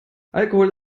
alkohol